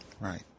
Right